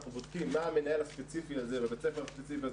אנחנו בודקים מה המנהל הספציפי הזה בבית הספר הספציפי הזה,